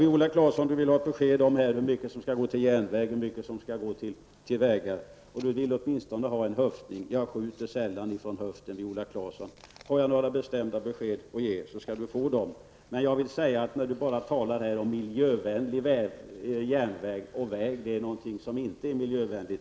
Viola Claesson vill ha besked -- åtminstone en höftning -- om hur mycket som skall gå till järnväg och hur mycket som skall gå till vägar. Jag skjuter sällan från höften, Viola Claesson. Har jag några bestämda besked att ge, så skall jag ge dem. Viola Claesson talar här om den miljövänliga järnvägen och om att vägar inte är miljövänliga.